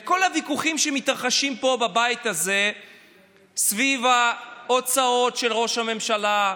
לכל הוויכוחים שמתרחשים פה בבית הזה סביב ההוצאות של ראש הממשלה,